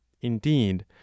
indeed